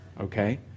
okay